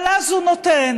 אבל אז הוא נותן